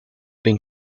been